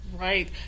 right